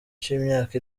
cy’imyaka